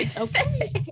okay